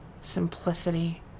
simplicity